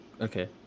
Okay